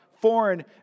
foreign